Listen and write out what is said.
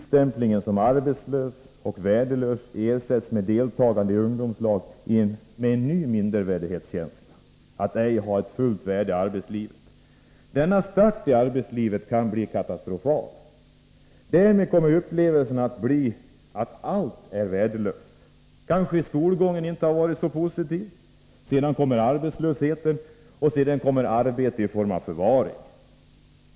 Stämpeln som arbetslös och värdelös ersätts med deltagande i ungdomslag, där det skapas en ny mindervärdighetskänsla på grund av att man inte har fullt värde i arbetslivet. Denna start i arbetslivet kan bli katastrofal. Därmed kommer upplevelserna att bli att allt är värdelöst. Kanske skolgången inte varit så positiv. Sedan kommer arbetslösheten och därefter arbete i form av förvaring.